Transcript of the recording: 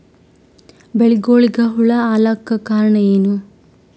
ಬೆಳಿಗೊಳಿಗ ಹುಳ ಆಲಕ್ಕ ಕಾರಣಯೇನು?